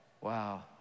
wow